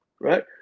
right